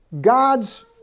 God's